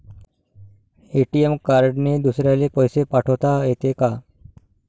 ATM कार्डने दुसऱ्याले पैसे पाठोता येते का?